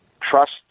trust